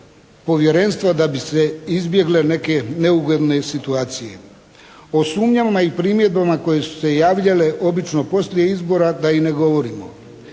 povjerenstva da bi se izbjegle neke neugodne situacije. O sumnjama i primjedbama koje su se javljale obično poslije izbora da ine govorimo.